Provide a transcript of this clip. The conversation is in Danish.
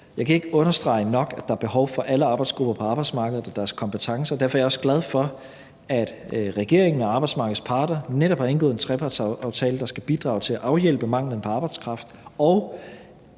Jeg kan ikke understrege nok, at der er behov for alle aldersgrupper og deres kompetencer på arbejdsmarkedet. Derfor er jeg også glad for, at regeringen og arbejdsmarkedets parter netop har indgået en trepartsaftale, der skal bidrage til at afhjælpe manglen på arbejdskraft,